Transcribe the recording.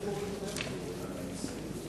בבקשה.